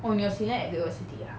oh 你有 senior at great world city ah